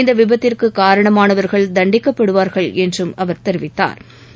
இந்த விபத்திற்கு காரணமானவர்கள் தண்டிக்கப்படுவார்கள் என்றும் அவர் தெரிவித்தாா்